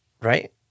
Right